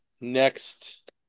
next